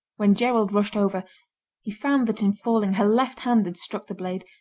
when gerald rushed over he found that in falling her left hand had struck the blade,